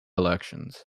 elections